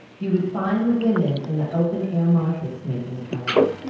you would find the women in the open-air markets making calas.